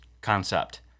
concept